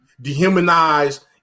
dehumanized